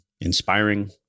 inspiring